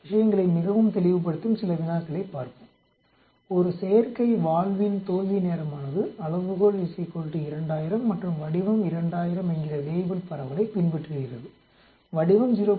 விஷயங்களை மிகவும் தெளிவுபடுத்தும் சில வினாக்களைப் பார்ப்போம் ஒரு செயற்கை வால்வின் தோல்வி நேரமானது அளவுகோல் 2000 மற்றும் வடிவம் 2000 என்கிற வேய்புல் பரவலைப் பின்பற்றுகிறது வடிவம் 0